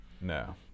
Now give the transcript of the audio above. No